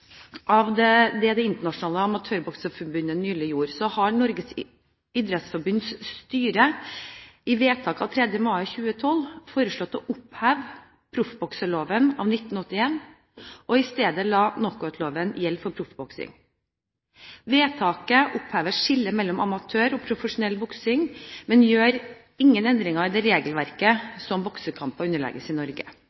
det som Det internasjonale forbundet nylig gjorde, har Norges idrettsforbunds styre i vedtak av 3. mai 2012 foreslått å oppheve proffbokseloven av 1981 og i stedet la knockoutloven gjelde for proffboksing. Vedtaket opphever skillet mellom amatørboksing og profesjonell boksing, men endrer ikke det regelverket som boksekamper underlegges i